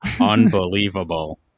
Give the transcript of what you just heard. Unbelievable